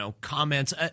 comments –